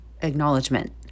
acknowledgement